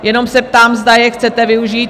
Jenom se ptám, zda je chcete využít?